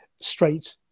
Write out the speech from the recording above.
straight